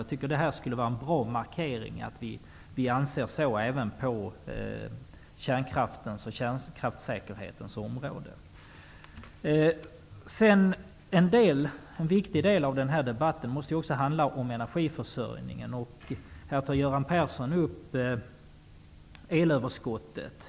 Jag tycker att det skulle vara en bra markering att vi anser det även på kärnkraftens och kärnkraftssäkerhetens område. En viktig del av den här debatten måste handla om energiförsörjningen, och här tar Göran Persson upp elöverskottet.